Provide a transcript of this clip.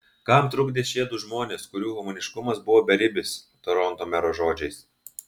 kam trukdė šie du žmonės kurių humaniškumas buvo beribis toronto mero žodžiais